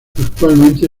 actualmente